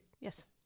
Yes